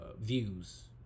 views